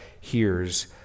hears